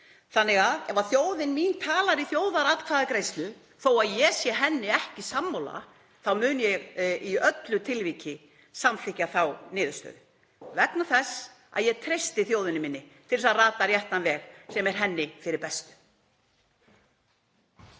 Þannig að ef þjóðin mín talar í þjóðaratkvæðagreiðslu, þó að ég sé henni ekki sammála, þá mun ég í öllum tilvikum samþykkja þá niðurstöðu vegna þess að ég treysti þjóðinni minni til að rata réttan veg sem er henni fyrir bestu.